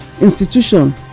institution